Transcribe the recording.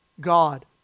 God